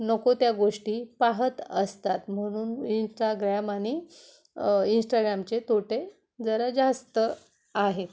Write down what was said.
नको त्या गोष्टी पाहत असतात म्हणून इंस्टाग्रॅम आणि इंस्टाग्रामचे तोटे जरा जास्त आहेत